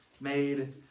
made